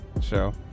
show